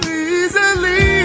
easily